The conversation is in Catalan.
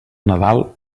nadal